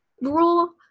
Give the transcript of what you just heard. rule